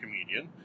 comedian